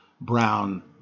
Brown